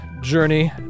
journey